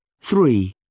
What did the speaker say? Three